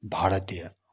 भारतीय